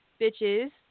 bitches